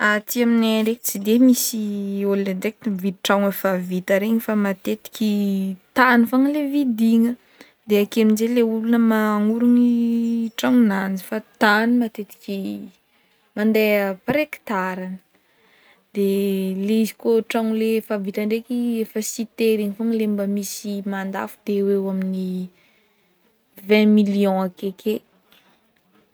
Aty amnay ndraiky tsy de misy olo directe mividy tragno efa vita regny fa matetiky tany fogna le vidigna de ake aminjay le olona manorigny tragno nanjy fa tany matetiky mandeh par hectara de le izy koa le tragno le efa vita ndraiky efa cite regny fogna le mba misy mandafo de eoeo amny vingt millions akeke.